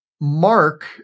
Mark